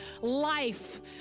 life